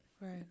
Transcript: Right